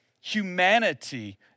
humanity